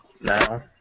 now